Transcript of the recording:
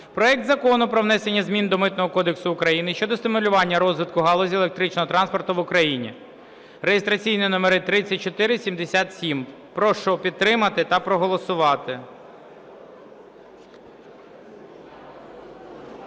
проект Закону про внесення змін до Митного кодексу України щодо стимулювання розвитку галузі електричного транспорту в Україні (реєстраційний номер 3477). Прошу підтримати та проголосувати.